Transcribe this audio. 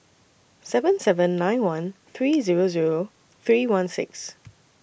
seven seven nine one three Zero Zero three one six